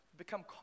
become